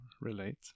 relate